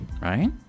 right